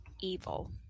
evil